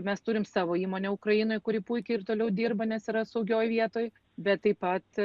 mes turim savo įmonę ukrainoj kuri puikiai ir toliau dirba nes yra saugioj vietoj bet taip pat